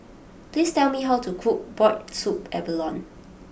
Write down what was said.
please tell me how to cook Boiled Abalone Soup